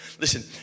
listen